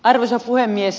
arvoisa puhemies